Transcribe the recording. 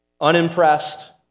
unimpressed